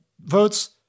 votes